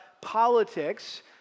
politics